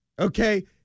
okay